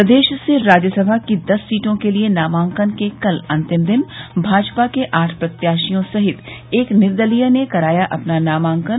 प्रदेश से राज्यसभा की दस सीटों के लिए नामांकन के कल अंतिम दिन भाजपा के आठ प्रत्याशियों सहित एक निर्दलीय ने कराया अपना नामांकन